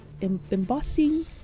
embossing